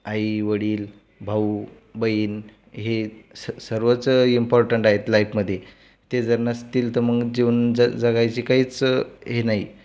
आईवडील भाऊ बहीण हे सर्वच इम्पॉर्टंट आहेत लाईफमध्ये ते जर नसतील तर मग जीवन जग जगायची काहीच हे नाही